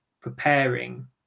preparing